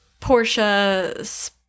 Porsche